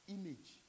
Image